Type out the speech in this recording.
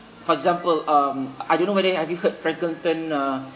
for example um I don't know whether have you heard frankelten uh